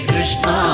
Krishna